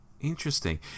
Interesting